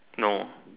no